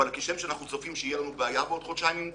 כשם שאנחנו צופים שתהיה לנו בעיה בעוד חודשיים עם תקציב,